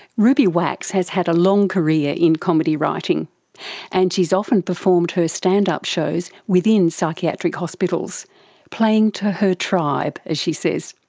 ruby wax has had a long career in comedy writing and she's often performed her stand-up shows within psychiatric hospitals playing to her tribe as she says.